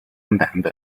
版本